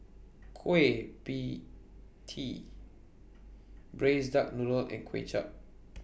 Kueh PIE Tee Braised Duck Noodle and Kuay Chap